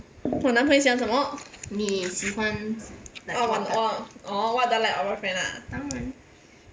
我男朋友喜欢什么 orh orh orh what do I like about my boyfriend ah